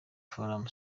forum